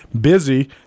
busy